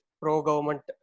pro-government